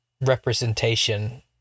representation